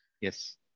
Yes